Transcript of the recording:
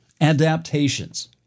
Adaptations